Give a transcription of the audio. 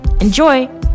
Enjoy